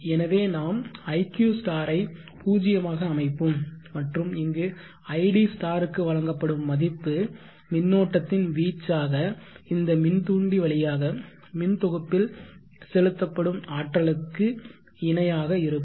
எனவே நாம் iq ஐ 0 ஆக அமைப்போம் மற்றும் இங்கு id க்கு வழங்கப்படும் மதிப்பு மின்னோட்டத்தின் வீச்சாக இந்த மின் தூண்டி வழியாக மின் தொகுப்பில் செலுத்தப்படும் ஆற்றலுக்கு இணையாக இருக்கும்